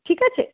ঠিক আছে